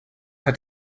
hat